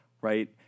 right